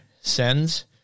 sends